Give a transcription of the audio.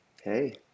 hey